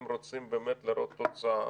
אם רוצים באמת לראות תוצאה